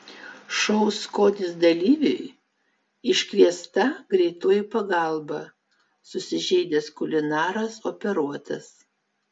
šou skonis dalyviui iškviesta greitoji pagalba susižeidęs kulinaras operuotas